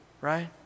right